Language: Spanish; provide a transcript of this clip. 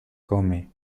come